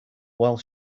while